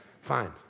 fine